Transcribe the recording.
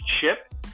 chip